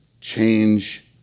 change